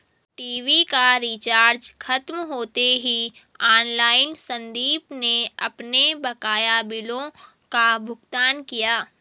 TV का recharge खत्म होते ही ऑनलाइन संदीप ने अपने बकाया बिलों का भुगतान किया